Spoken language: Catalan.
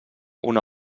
una